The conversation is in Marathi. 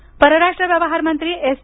जयशंकर परराष्ट्र व्यवहारमंत्री एस